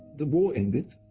the war ended. it